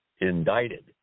Indicted